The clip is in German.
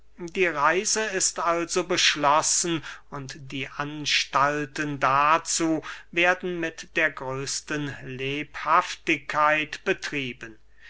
die reise ist also beschlossen und die anstalten dazu werden mit der größten lebhaftigkeit betrieben